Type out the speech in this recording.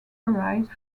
arrived